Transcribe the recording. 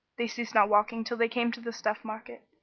they ceased not walking till they came to the stuff market,